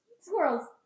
Squirrels